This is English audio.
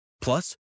Plus